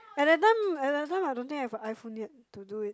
at that time at that time I don't think I have a iPhone yet to do it